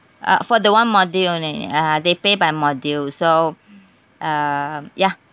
uh for the one module only uh they pay by module so um yeah